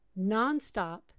nonstop